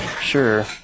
Sure